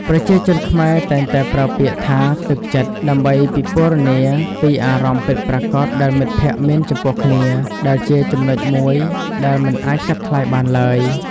ប្រជាជនខ្មែរតែងតែប្រើពាក្យថា“ទឹកចិត្ត”ដើម្បីពិពណ៌នាពីអារម្មណ៍ពិតប្រាកដដែលមិត្តភក្តិមានចំពោះគ្នា ដែលជាចំណុចមួយដែលមិនអាចកាត់ថ្លៃបានឡើយ។